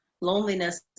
loneliness